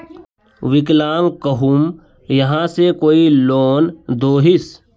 विकलांग कहुम यहाँ से कोई लोन दोहिस?